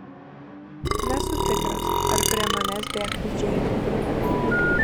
nesu tikras ar prie manęs bėgtų džeinė